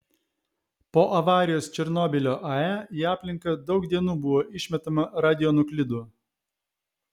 po avarijos černobylio ae į aplinką daug dienų buvo išmetama radionuklidų